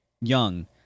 young